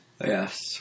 Yes